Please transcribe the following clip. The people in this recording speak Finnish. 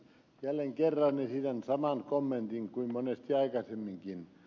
jälleen kerran esitän saman kommentin kuin monesti aikaisemminkin